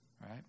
right